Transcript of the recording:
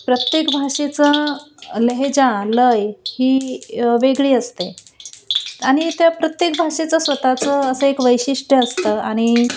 प्रत्येक भाषेचां लेहेजा लय ही वेगळी असते आणि त्या प्रत्येक भाषेचं स्वतचं असं एक वैशिष्ट्य असतं आणि